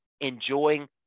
enjoying